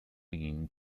being